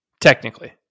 technically